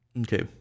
Okay